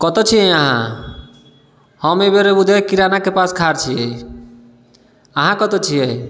कतऽ छियै अहाँ हम एहि बेर उदय किरानाके पास ठाढ़ छियै अहाँ कतऽ छियै